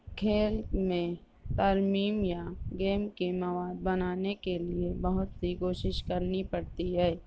کھیل میں ترمیم یا گیم کے مواد بنانے کے لیے بہت سی کوشش کرنی پڑتی ہے